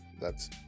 thats